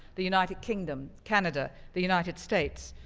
the united kingdom, canada, the united states,